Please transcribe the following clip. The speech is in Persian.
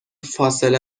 فاصله